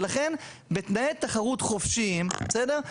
ולכן בתנאי תחרות חופשיים, בסדר?